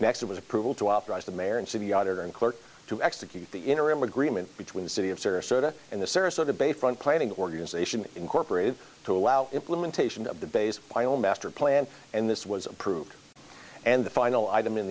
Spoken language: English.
auditor and clerk to execute the interim agreement between the city of sarasota and the sarasota bayfront planning organization incorporated to allow implementation of the base by a master plan and this was approved and the final item in